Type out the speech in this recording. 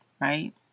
right